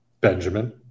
Benjamin